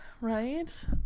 Right